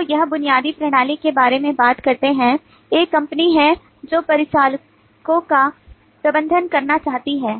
तो यह बुनियादी प्रणाली के बारे में बात करता है एक कंपनी है जो परिचारकों का प्रबंधन करना चाहती है